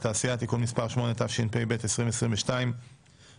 בתעשייה (תיקון מס' 8), התשפ"ב-2022 (מ/1521).